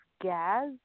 gas